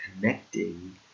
connecting